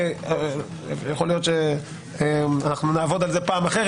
יכול להיות שאנחנו נעבוד על זה בפעם אחרת,